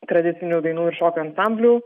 tradicinių dainų ir šokių ansamblių